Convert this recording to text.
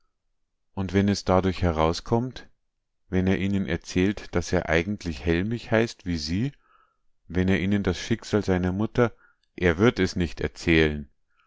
und wenn es dadurch herauskommt wenn er ihnen erzählt daß er eigentlich hellmich heißt wie sie wenn er ihnen das schicksal seiner mutter er wird es nicht erzählen